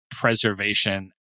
preservation